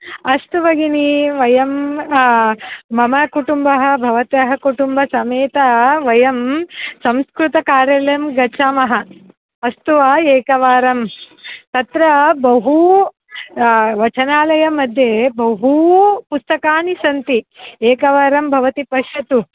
अस्तु भगिनि वयं मम कुटुम्बः भवतः कुटुम्बसमेतं वयं संस्कृतकार्यालयं गच्छामः अस्तु वा एकवारं तत्र बहु वाचनालयमध्ये बहु पुस्तकानि सन्ति एकवारं भवती पश्यतु